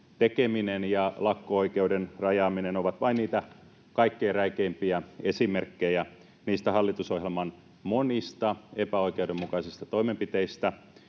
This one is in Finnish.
tekeminen ja lakko-oikeuden rajaaminen ovat vain niitä kaikkein räikeimpiä esimerkkejä niistä hallitusohjelman monista epäoikeudenmukaisista toimenpiteistä,